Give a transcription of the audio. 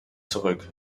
zurück